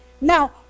Now